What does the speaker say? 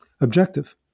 objective